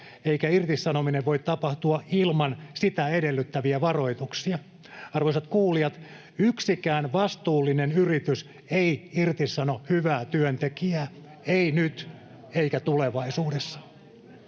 eikä irtisanominen voi tapahtua ilman sitä edellyttäviä varoituksia. Arvoisat kuulijat, yksikään vastuullinen yritys ei irtisano hyvää työntekijää — ei nyt eikä tulevaisuudessa.